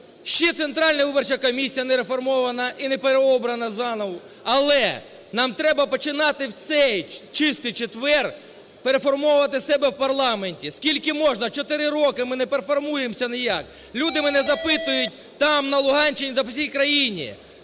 ще Центральна виборча комісія не реформована і не переобрана заново. Але нам треба починати в цей Чистий четвер переформувати себе в парламенті. Скільки можна? Чотири роки ми не переформуємося ніяк. Люди мене запитують там на Луганщині та по всій країні,